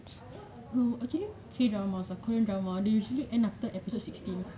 no actually K dramas ah korean drama they usually end after episode sixteen